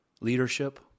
leadership